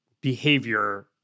behavior